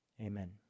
Amen